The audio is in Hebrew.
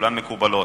וכולן מקובלות,